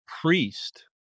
priest